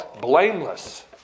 blameless